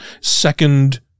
second